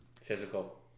Physical